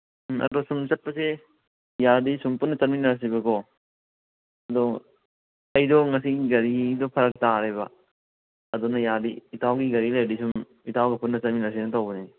ꯎꯝ ꯑꯗꯣ ꯁꯨꯝ ꯆꯠꯄꯁꯦ ꯌꯥꯔꯗꯤ ꯁꯨꯝ ꯄꯨꯟꯅ ꯆꯠꯃꯤꯟꯅꯔꯁꯦꯕꯀꯣ ꯑꯗꯣ ꯑꯩꯗꯣ ꯉꯁꯤ ꯒꯥꯔꯤꯗꯣ ꯐꯔꯛ ꯇꯥꯔꯦꯕ ꯑꯗꯨꯅ ꯌꯥꯔꯗꯤ ꯏꯇꯥꯎꯒꯤ ꯒꯥꯔꯤ ꯂꯩꯔꯗꯤ ꯁꯨꯝ ꯏꯇꯥꯎꯒ ꯄꯨꯟꯅ ꯆꯠꯃꯤꯟꯅꯔꯁꯦꯅ ꯇꯧꯕꯅꯦ